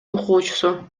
окуучусу